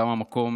כמה מקום